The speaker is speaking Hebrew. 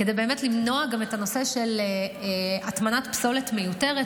כדי למנוע גם את הנושא של הטמנת פסולת מיותרת,